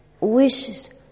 wishes